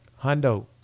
Hundo